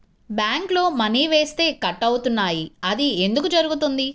బ్యాంక్లో మని వేస్తే కట్ అవుతున్నాయి అది ఎందుకు జరుగుతోంది?